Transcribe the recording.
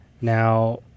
Now